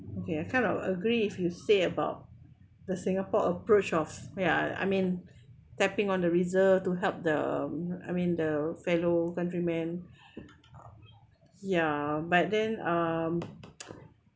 okay I kind of agree if you say about the singapore approach of ya I mean tapping on the reserve to help the I mean the fellow countrymen ya but then um